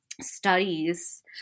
studies